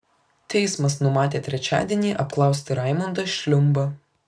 teismas numatė trečiadienį apklausti raimondą šliumbą